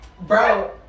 Bro